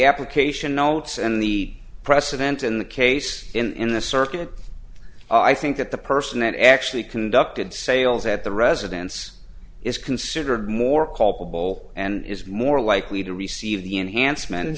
application notes and the precedents in the case in the circuit i think that the person that actually conducted sales at the residence is considered more culpable and is more likely to receive the enhancement and